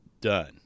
Done